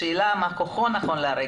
השאלה מה כוחו כרגע.